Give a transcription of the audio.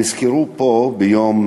נזכרו פה, ביום